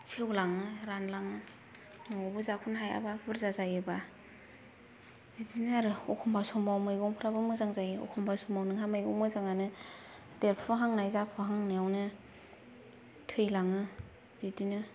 सेवलाङो रानलाङो न'आवबो जाख'नो हायाबा बुरजा जायोबा बिदिनो आरो अखम्बा समाव मैगंफ्राबो मोजां जायो अखम्बा समाव नोंहा मैगं मोजाङानो देरफुहांना जाफुहांनायावनो थैलाङो बिदिनो